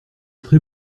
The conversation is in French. très